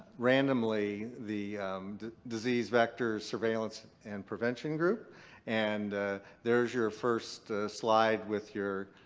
randomly the disease vector, surveillance, and prevention group and there's your first slide with your